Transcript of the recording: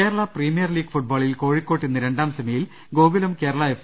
Kerala premier league ഫുട്ബോളിൽ കോഴിക്കോട്ട് ഇന്ന് രണ്ടാം സെമിയിൽ ഗോകുലം കേരള എഫ്